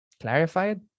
clarified